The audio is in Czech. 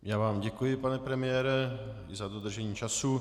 Já vám děkuji, pane premiére, za dodržení času.